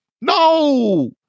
No